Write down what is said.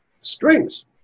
strings